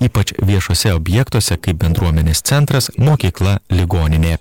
ypač viešuose objektuose kaip bendruomenės centras mokykla ligoninė